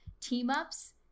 team-ups